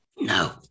No